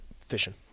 fishing